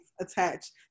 attached